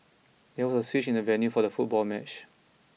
there was a switch in the venue for the football match